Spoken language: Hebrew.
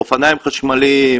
אופניים חשמליים,